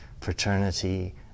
fraternity